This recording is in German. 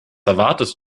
erwartest